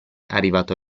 arrivato